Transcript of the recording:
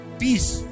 peace